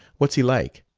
what's he like?